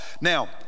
Now